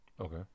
okay